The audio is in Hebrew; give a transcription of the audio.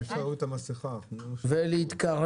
אני אתן הסבר